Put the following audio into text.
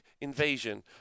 invasion